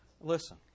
Listen